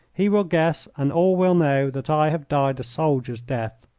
he will guess, and all will know, that i have died a soldier's death.